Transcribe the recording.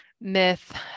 myth